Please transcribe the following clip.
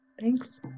Thanks